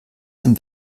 zum